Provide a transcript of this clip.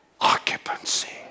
Occupancy